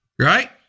Right